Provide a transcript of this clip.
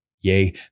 Yea